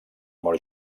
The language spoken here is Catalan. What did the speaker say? mor